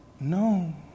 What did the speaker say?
No